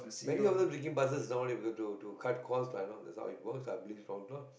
many of them taking buses nowadays because to to cut cost lah you know that's how it works lah I believe not not